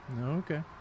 Okay